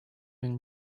been